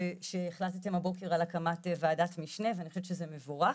ראיתי שהחלטתם הבוקר על הקמת ועדת משנה ואני חושבת שזה מבורך,